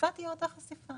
החשיפה תהיה אותה חשיפה.